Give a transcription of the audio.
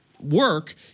work